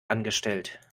angestellt